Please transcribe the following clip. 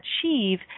achieve